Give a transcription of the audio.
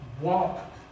walk